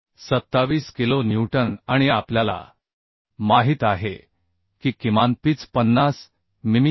27 kilo newton आणि आपल्याला माहित आहे की किमान पिच 50 मिमी 2